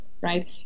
right